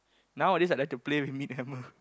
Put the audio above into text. nowadays I like to play with meat hammer